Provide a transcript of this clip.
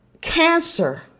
cancer